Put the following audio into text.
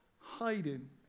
hiding